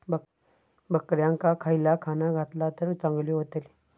बकऱ्यांका खयला खाणा घातला तर चांगल्यो व्हतील?